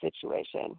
situation